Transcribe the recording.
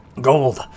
Gold